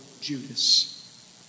Judas